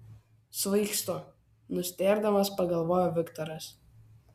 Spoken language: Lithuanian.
svaigstu nustėrdamas pagalvojo viktoras